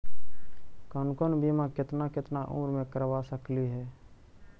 कौन कौन बिमा केतना केतना उम्र मे करबा सकली हे?